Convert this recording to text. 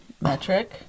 metric